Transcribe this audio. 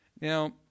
Now